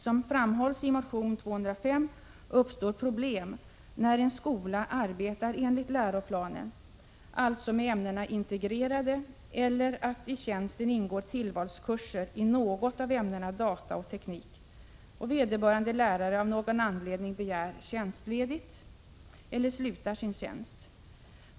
Som framhålls i motion 205 uppstår problem när en skola arbetar enligt läroplanen, alltså med ämnena integrerade, eller när det i tjänsten ingår tillvalskurs i något av ämnena data och teknik och vederbörande lärare av någon anledning begär tjänstledigt eller slutar sin tjänst.